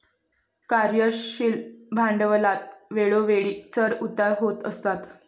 कार्यशील भांडवलात वेळोवेळी चढ उतार होत असतात